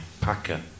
Packer